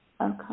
okay